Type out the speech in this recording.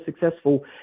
successful